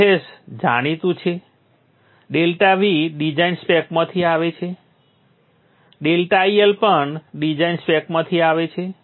fs જાણીતું છે ∆V design સ્પેકમાંથી આવે છે ∆IL પણ ડિઝાઇન સ્પેકમાંથી આવે છે